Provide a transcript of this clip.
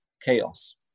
chaos